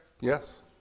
Yes